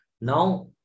now